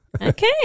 Okay